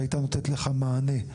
והייתה נותנת לך מענה?